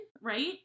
right